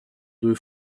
deux